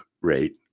rate